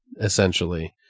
essentially